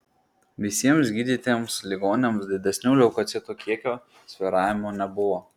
visiems gydytiems ligoniams didesnių leukocitų kiekio svyravimų nebuvo